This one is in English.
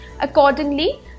accordingly